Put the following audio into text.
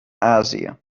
azië